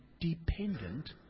dependent